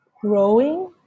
growing